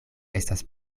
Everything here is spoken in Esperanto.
estas